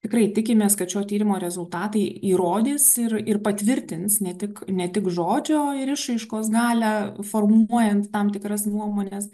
tikrai tikimės kad šio tyrimo rezultatai įrodys ir ir patvirtins ne tik ne tik žodžio ir išraiškos galią formuojant tam tikras nuomones